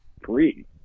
free